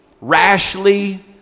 rashly